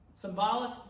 Symbolic